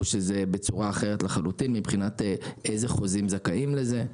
או שזה בצורה אחרת לחלוטין מבחינת אילו חוזים זכאים לזה?